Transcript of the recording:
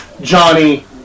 Johnny